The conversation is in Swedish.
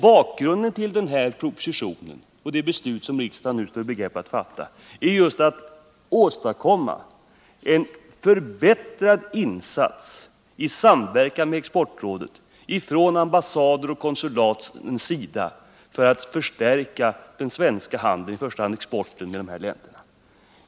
Syftet med propositionen är just att i samverkan med exportrådet åstadkomma en förbättrad insats från ambassadernas och konsulatens sida för att förstärka handeln — i första hand exporten — med bl.a. de här länderna.